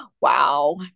wow